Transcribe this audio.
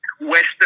Western